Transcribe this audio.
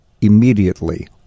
immediately